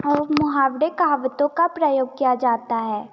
वो मुहावरे कहावतों का प्रयोग किया जाता हैं